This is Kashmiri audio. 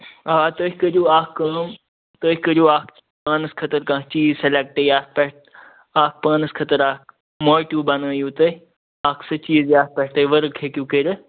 آ تُہۍ کٔرِو اکھ کٲم تُہۍ کٔرِو اکھ پانس خٲطرِ کانٛہہ چیٖز سِلیکٹ یتھ پیٹھ اکھ پانس خٲطرٕ اکھ ماٹیو بنٲیِو تُہۍ اکھ سُہ چیٖز یتھ پیٹھ تُہۍ ورک ہیکِو کٔرِتھ